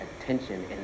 attention